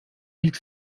ilk